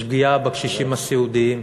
יש פגיעה בקשישים הסיעודיים.